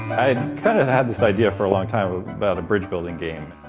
i'd kind of had this idea for a long time about a bridge building game.